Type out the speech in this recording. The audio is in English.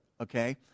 okay